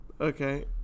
okay